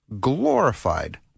glorified